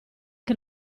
che